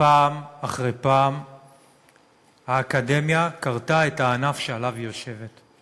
פעם אחרי פעם האקדמיה כרתה את הענף שעליו היא יושבת,